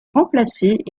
remplacer